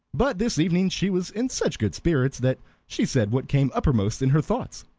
but this evening she was in such good spirits that she said what came uppermost in her thoughts.